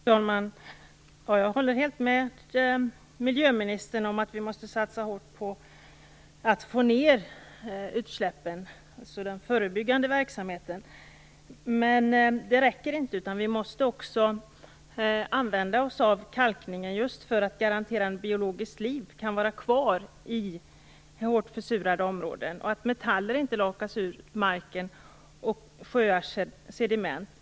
Fru talman! Jag håller helt med miljöministern om att vi måste satsa hårt på den förebyggande verksamheten för att minska utsläppen. Men det räcker inte. Vi måste också använda oss av kalkningen, just för att garantera att biologiskt liv kan vara kvar i hårt försurade områden och att metaller inte lakas ur marken och sjöars sediment.